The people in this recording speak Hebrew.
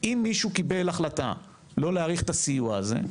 אם מישהו קיבל החלטה לא להאריך את הסיוע הזה,